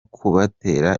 kubatera